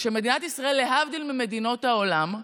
שמדינת ישראל, להבדיל ממדינות העולם,